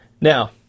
Now